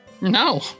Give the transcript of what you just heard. No